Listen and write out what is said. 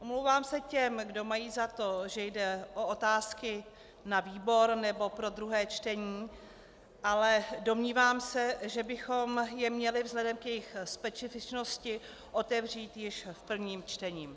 Omlouvám se těm, kdo mají za to, že jde o otázky na výbor nebo pro druhé čtení, ale domnívám se, že bychom je měli vzhledem k jejich specifičnosti otevřít již v prvním čtení.